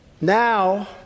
Now